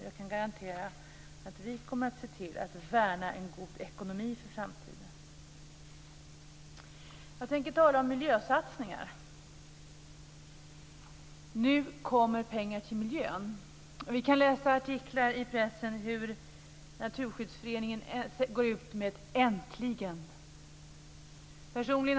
Jag kan garantera att vi kommer att se till att en god ekonomi värnas för framtiden. Jag tänker tala om miljösatsningar. Nu kommer pengar till miljön. Vi kan läsa artiklar i pressen om att Naturskyddsföreningen går ut och säger: Äntligen!